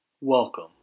Welcome